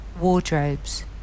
wardrobes